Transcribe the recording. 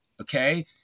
Okay